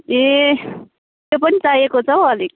ए त्यो पनि चाहिएको छ अलिक